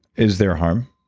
is there harm?